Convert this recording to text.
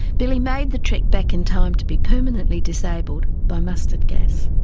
billy made the trek back in time to be permanently disabled by mustard gas.